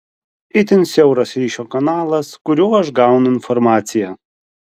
itin siauras ryšio kanalas kuriuo aš gaunu informaciją